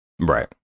right